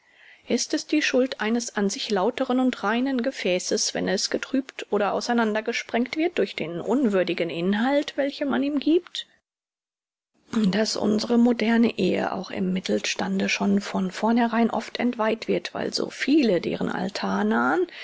ist es die schuld eines an sich lauteren und reinen gefäßes wenn es getrübt oder auseinandergesprengt wird durch den unwürdigen inhalt welchen man ihm gibt daß unsre moderne ehe auch im mittelstande schon von vornherein oft entweiht wird weil so viele deren altar nahen